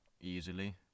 easily